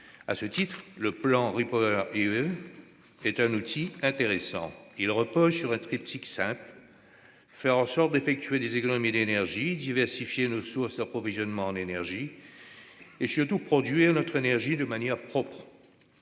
À ce titre, le plan REPowerEU est un outil intéressant. Il repose sur un triptyque simple : faire en sorte d'effectuer des économies d'énergie, diversifier nos sources d'approvisionnement en énergie et, surtout, produire notre énergie de manière propre.